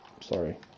Sorry